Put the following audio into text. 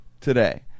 today